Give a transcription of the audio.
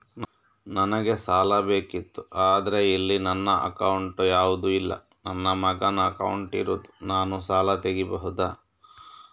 ನನಗೆ ಸಾಲ ಬೇಕಿತ್ತು ಆದ್ರೆ ಇಲ್ಲಿ ನನ್ನ ಅಕೌಂಟ್ ಯಾವುದು ಇಲ್ಲ, ನನ್ನ ಮಗನ ಅಕೌಂಟ್ ಇರುದು, ನಾನು ಸಾಲ ತೆಗಿಬಹುದಾ?